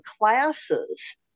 classes